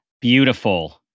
Beautiful